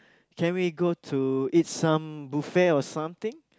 can we go to eat some buffet or something